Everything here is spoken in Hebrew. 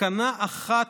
מסקנה אחת,